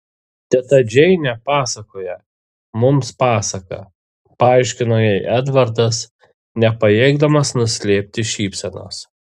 teta džeinė pasakoja mums pasaką paaiškino jai edvardas nepajėgdamas nuslėpti šypsenos